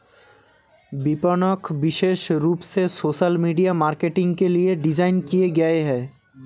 विपणक विशेष रूप से सोशल मीडिया मार्केटिंग के लिए डिज़ाइन किए गए है